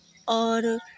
और